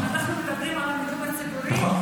אנחנו מדברים על המיגון הציבורי.